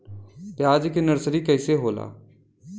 प्याज के नर्सरी कइसे होला?